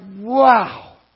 wow